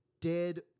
dead